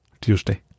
Tuesday